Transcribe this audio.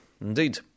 Indeed